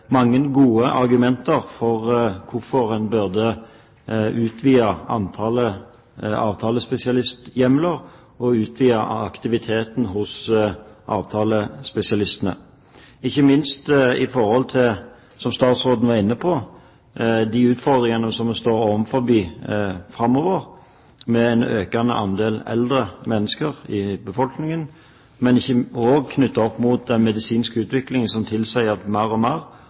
mange gode argumenter for hvorfor en bør utvide antallet avtalespesialisthjemler og utvide aktiviteten hos avtalespesialistene, ikke minst, som statsråden var inne på, i forhold til de utfordringer vi står overfor framover, med en økende andel eldre mennesker i befolkningen, og knyttet opp mot den medisinske utviklingen som tilsier at flere og